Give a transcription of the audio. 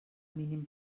mínim